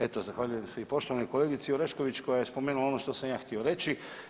Eto, zahvaljujem se i poštovanoj kolegici Orešković koja je spomenula ono što sam ja htio reći.